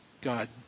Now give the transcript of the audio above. God